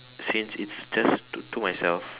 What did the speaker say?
since it's just to to myself